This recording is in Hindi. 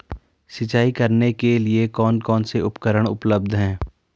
सिंचाई करने के लिए कौन कौन से उपकरण उपलब्ध हैं?